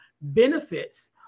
benefits